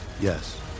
Yes